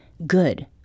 good